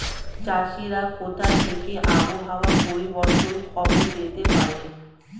চাষিরা কোথা থেকে আবহাওয়া পরিবর্তনের খবর পেতে পারে?